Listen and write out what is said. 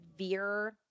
severe